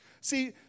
See